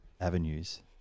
avenues